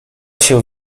się